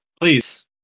please